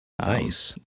nice